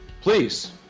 Please